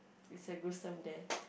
it's a gruesome death